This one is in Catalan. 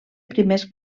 primers